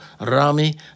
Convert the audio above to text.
Rami